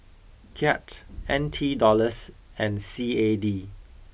Kyat N T Dollars and C A D